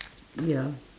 ya